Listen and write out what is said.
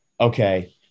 okay